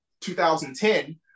2010